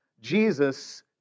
Jesus